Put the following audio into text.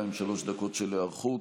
שתיים-שלוש דקות של היערכות.